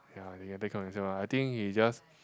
ya he can take care of himself ah I think he just